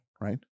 right